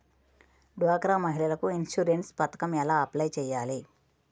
డ్వాక్రా మహిళలకు ఇన్సూరెన్స్ పథకం ఎలా అప్లై చెయ్యాలి?